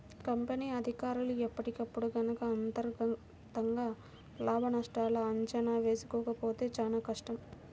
company అధికారులు ఎప్పటికప్పుడు గనక అంతర్గతంగా లాభనష్టాల అంచనా వేసుకోకపోతే చానా కష్టం